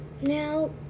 Now